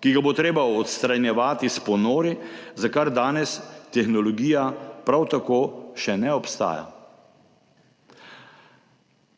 ki ga bo treba odstranjevati s ponori, za kar danes tehnologija prav tako še ne obstaja.